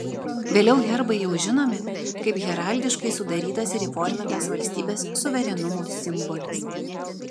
vėliau herbai jau žinomi kaip heraldiškai sudarytas ir įformintas valstybės suverenumo simbolis